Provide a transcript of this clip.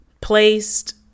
placed